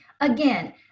Again